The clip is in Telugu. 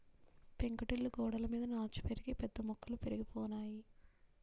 పెంకుటిల్లు గోడలమీద నాచు పెరిగి పెద్ద మొక్కలు పెరిగిపోనాయి